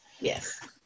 Yes